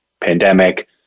pandemic